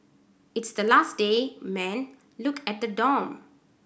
it's the last day man look at the dorm